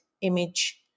image